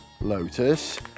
Lotus